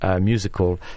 musical